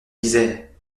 disait